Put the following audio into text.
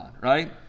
right